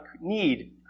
need